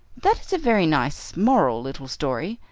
that is a very nice, moral little story,